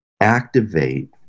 activate